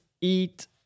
eat